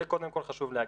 זה קודם כל חשוב להגיד.